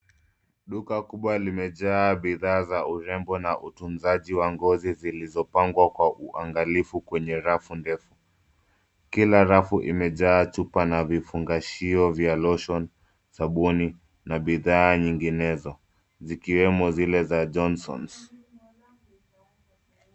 Duka kubwa limejaa bidhaa za urembo na utunzaji wa ngozi zilizopangwa kwa uangalifu kwenye rafu ndefu. Kila rafu imejaa chupa na vifungashio vya lotion , sabuni, na bidhaa nyinginezo, zikiwemo zile za Johnsons.